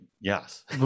yes